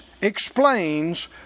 explains